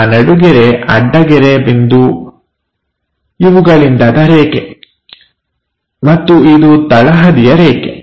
ಆ ನಡುಗೆರೆ ಅಡ್ಡಗೆರೆ ಬಿಂದು ಇವುಗಳಿಂದಾದ ರೇಖೆ ಮತ್ತು ಇದು ತಳಹದಿಯ ರೇಖೆ